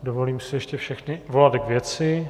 Dovolím si ještě všechny volat k věci.